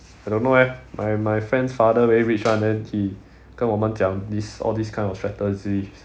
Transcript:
I don't know eh my my friend's father very rich [one] then he 跟我们讲 this all this kind of strategies